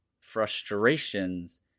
frustrations